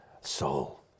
soul